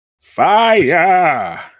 Fire